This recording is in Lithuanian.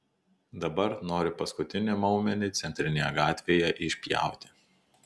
dabar nori paskutinį maumedį centrinėje gatvėje išpjauti